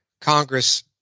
Congress